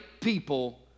people